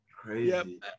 crazy